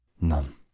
None